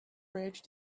bridge